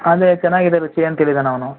ಅದೇ ಚೆನ್ನಾಗಿದೆ ರುಚಿ ಅಂತ ಹೇಳಿದ್ದಾನೆ ಅವನು